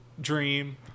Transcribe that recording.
dream